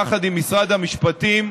יחד עם משרד המשפטים,